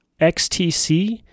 XTC